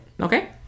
okay